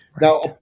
Now